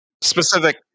Specific